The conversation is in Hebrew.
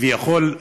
כביכול,